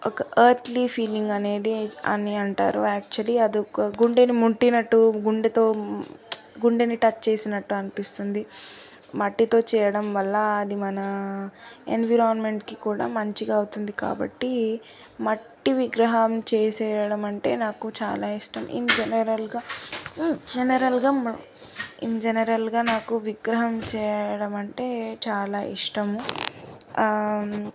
ఒక earthly feeling అనేది అని అంటారు యాక్చువల్లీ అది ఒక గుండెను ముట్టినట్టు గుండెతో గుండెని టచ్ చేసినట్టు అనిపిస్తుంది మట్టితో చేయడం వల్ల అది మన ఎన్విరాన్మెంట్కి కూడా మంచిగా అవుతుంది కాబట్టి మట్టి విగ్రహం చేసేయడం అంటే నాకు చాలా ఇష్టం ఇన్ జనరల్గా ఇన్ జనరల్గా ఇన్ జనరల్గా నాకు విగ్రహం చేయడం అంటే చాలా ఇష్టం